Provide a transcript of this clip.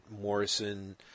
Morrison –